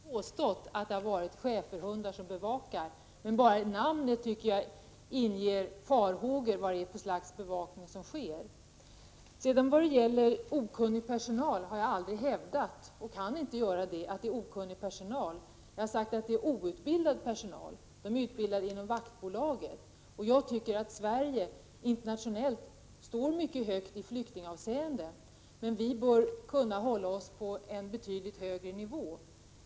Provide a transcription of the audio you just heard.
Herr talman! Jag börjar med det sistnämnda. Jag har inte påstått att det är schäferhundar som bevakar. Men jag tycker att bara namnet inger farhågor om vad det är för slags bevakning som sker. Jag har aldrig hävdat, och kan inte göra det, att det är okunnig personal. Jag har sagt att det är outbildad personal. Den är utbildad inom vaktbolaget. Sverige står internationellt sett mycket högt i flyktingavseende. Men vi bör kunna hålla oss på en betydligt högre nivå.